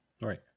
Right